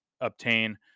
obtain